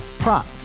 Prop